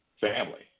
family